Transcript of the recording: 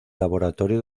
laboratorio